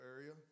area